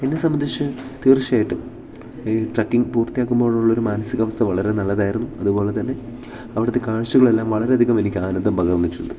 എന്നെ സംമ്പന്തിച്ച് തീർച്ചയായിട്ടും ഈ ട്രക്കിംഗ് പൂർത്തിയാക്കുമ്പോഴുള്ളൊരു മാനസികാവസ്ഥ വളരെ നല്ലതായിരുന്നു അതുപോലെ തന്നെ അവിടുത്തെ കാഴ്ചകളെല്ലാം വളരെയധികം എനിക്ക് ആനന്ദം പകർന്നിട്ടുണ്ട്